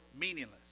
meaningless